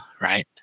right